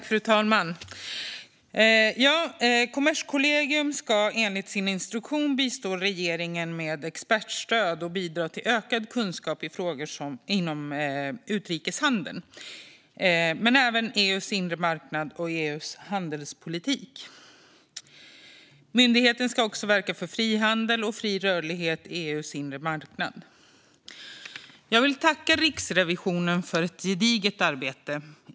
Fru talman! Kommerskollegium ska enligt sin instruktion bistå regeringen med expertstöd och bidra till ökad kunskap i frågor inom utrikeshandeln men även EU:s inre marknad och EU:s handelspolitik. Myndigheten ska också verka för frihandel och fri rörlighet på EU:s inre marknad. Jag till tacka Riksrevisionen för ett gediget arbete.